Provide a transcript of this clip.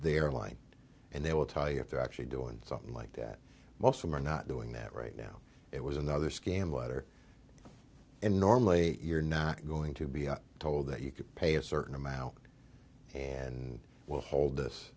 the airline and they will tell you if they're actually doing something like that most of my not doing that right now it was another scam letter and normally you're not going to be told that you could pay a certain amount and we'll hold this